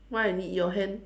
why I need your hand